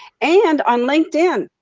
and on linkedin.